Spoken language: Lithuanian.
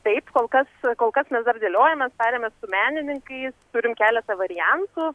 taip kol kas kol kas mes dar dėliojamės tariamės su menininkais turim keletą variantų